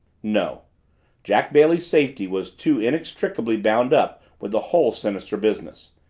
no jack bailey's safety was too inextricably bound up with the whole sinister business.